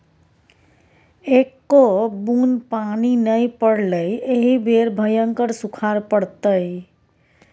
एक्को बुन्न पानि नै पड़लै एहि बेर भयंकर सूखाड़ पड़तै